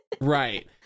Right